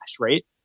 right